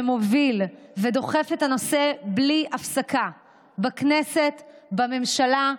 שמוביל ודוחף את הנושא בלי הפסקה בכנסת, בממשלה,